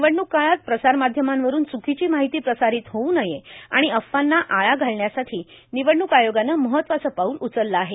निवडणुक काळात प्रसारमाध्यमांवरून च्कीची माहिती प्रसारित होऊ नये आणि अफवांना आळा घालण्यासाठी निवडणूक आयोगाने महत्वाचे पाऊल उचलेले आहे